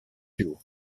duo